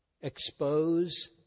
expose